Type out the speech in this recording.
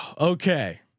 okay